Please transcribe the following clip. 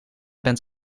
bent